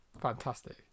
fantastic